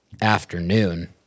afternoon